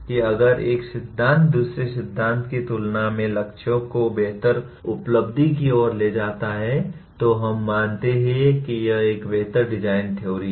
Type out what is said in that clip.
कि अगर एक सिद्धांत दूसरे सिद्धांत की तुलना में लक्ष्यों की बेहतर उपलब्धि की ओर ले जाता है तो हम मानते हैं कि यह एक बेहतर डिजाइन थ्योरी है